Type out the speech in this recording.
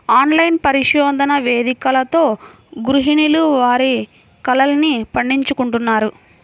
online పరిశోధన వేదికలతో గృహిణులు వారి కలల్ని పండించుకుంటున్నారు